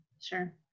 sure